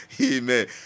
amen